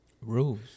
Rules